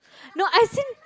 no as in